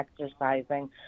exercising